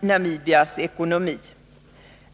Namibias ekonomi.